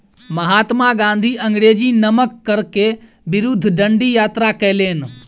महात्मा गाँधी अंग्रेजी नमक कर के विरुद्ध डंडी यात्रा कयलैन